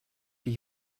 die